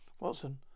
Watson